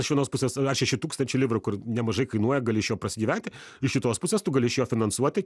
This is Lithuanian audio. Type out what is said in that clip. iš vienos pusės ar šeši tūkstančiai livrų kur nemažai kainuoja gali iš jo prasigyventi iš šitos pusės tu gali iš jo finansuoti